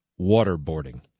waterboarding